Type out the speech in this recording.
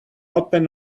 open